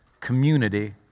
community